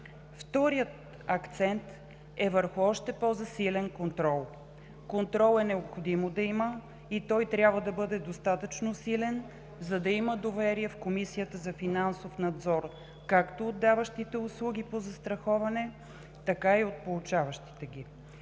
Вторият акцент е върху още по-засилен контрол. Контрол е необходимо да има и той трябва да бъде достатъчно силен, за да има доверие в Комисията за финансов надзор както от даващите услуги по застраховане, така и от получаващите ги.